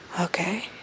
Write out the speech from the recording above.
Okay